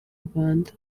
rwanda